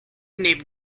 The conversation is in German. neben